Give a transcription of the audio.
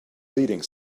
leading